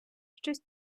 щось